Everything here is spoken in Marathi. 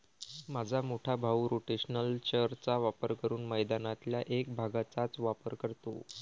माझा मोठा भाऊ रोटेशनल चर चा वापर करून मैदानातल्या एक भागचाच वापर करतो